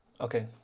Okay